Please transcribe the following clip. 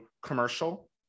commercial